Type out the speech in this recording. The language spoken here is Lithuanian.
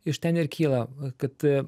iš ten ir kyla kad